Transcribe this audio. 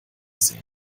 sehen